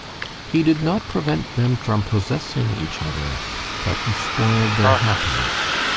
he did not prevent them from possessing each other but he spoiled their happiness.